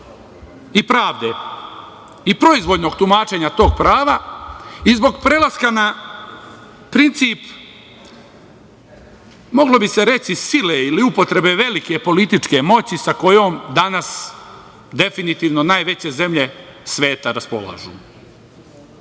i pravde i proizvoljnog tumačenja tog prava i zbog prelaska na princip, moglo bi se reći sile ili upotrebe velike političke moći sa kojom danas definitivno najveće zemlje sveta raspolažu. Verujte